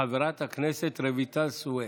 חברת הכנסת רויטל סויד.